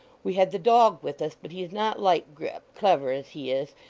we had the dog with us, but he's not like grip, clever as he is,